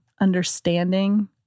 understanding